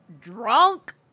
drunk